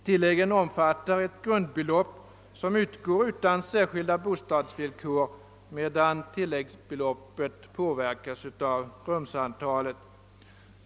Tilläggen omfattar ett grundbelopp som utgår utan särskilda bostadsvillkor och ett tilläggsbelopp som påverkas av rumsantalet.